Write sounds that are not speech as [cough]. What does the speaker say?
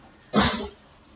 [coughs]